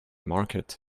market